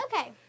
Okay